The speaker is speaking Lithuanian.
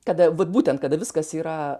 kada vat būtent kada viskas yra